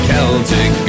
Celtic